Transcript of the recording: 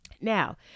Now